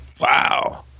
Wow